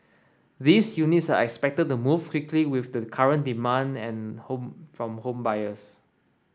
these units are expected the move quickly with the current demand and home from home buyers